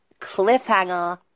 Cliffhanger